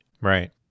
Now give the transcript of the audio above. Right